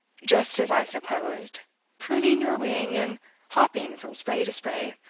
just as i supposed pruning your wing, and hopping from spray to spray.